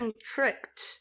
tricked